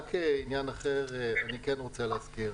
רק עניין אחר אני רוצה להזכיר